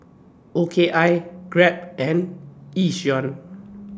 O K I Grab and Yishion